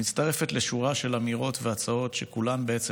מצטרפת לשורה של אמירות והצעות שכולן בעצם